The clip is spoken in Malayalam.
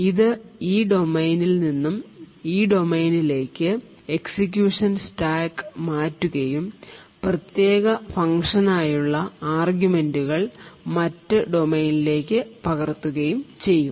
ഇത് ഈ ഡൊമെയ്നിൽ നിന്ന് ഈ ഡൊമെയ്നിലേക്ക് എക്സിക്യൂഷൻ സ്റ്റാക്ക് മാറ്റുകയും പ്രത്യേക ഫംഗ്ഷനായുള്ള ആർഗ്യുമെന്റുകൾ മറ്റ് ഡൊമെയ്നിലേക്ക് പകർത്തുകയും ചെയ്യും